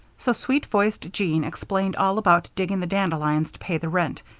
so sweet-voiced jean explained all about digging the dandelions to pay the rent,